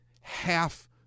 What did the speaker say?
half